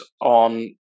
on